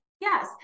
Yes